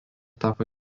tapo